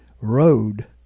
road